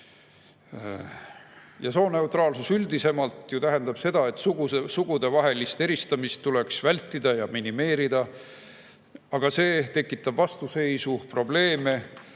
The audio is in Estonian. Sooneutraalsus üldisemalt ju tähendab seda, et sugudevahelist eristamist tuleks vältida ja minimeerida, aga see tekitab vastuseisu ja probleeme,